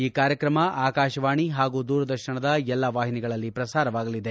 ಈ ಕಾರ್ಯಕ್ರಮ ಆಕಾಶವಾಣಿ ಹಾಗೂ ದೂರದರ್ಶನದ ಎಲ್ಲಾ ವಾಹಿನಿಗಳಲ್ಲಿ ಪ್ರಸಾರವಾಗಲಿದೆ